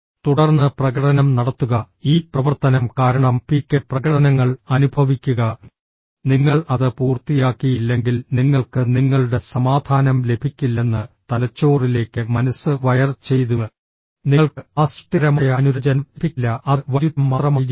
തുടർന്ന് പ്രകടനം നടത്തുക ഈ പ്രവർത്തനം കാരണം പീക്ക് പ്രകടനങ്ങൾ അനുഭവിക്കുക നിങ്ങൾ അത് പൂർത്തിയാക്കിയില്ലെങ്കിൽ നിങ്ങൾക്ക് നിങ്ങളുടെ സമാധാനം ലഭിക്കില്ലെന്ന് തലച്ചോറിലേക്ക് മനസ്സ് വയർ ചെയ്തു നിങ്ങൾക്ക് ആ സൃഷ്ടിപരമായ അനുരഞ്ജനം ലഭിക്കില്ല അത് വൈരുദ്ധ്യം മാത്രമായിരിക്കും